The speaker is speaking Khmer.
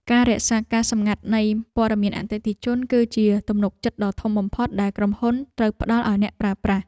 ការរក្សាការសម្ងាត់នៃព័ត៌មានអតិថិជន គឺជាទំនុកចិត្តដ៏ធំបំផុតដែលក្រុមហ៊ុនត្រូវផ្តល់ឱ្យអ្នកប្រើប្រាស់។